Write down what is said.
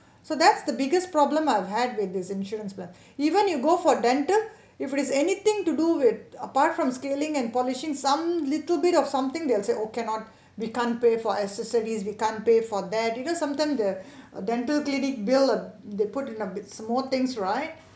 so that's the biggest problem I've had with this insurance plan even you go for dental if it is anything to do with apart from scaling and polishing some little bit of something they'll say oh cannot we can't pay for accessories we can't pay for that you know sometime the uh dental clinic bill they put in a bit small things right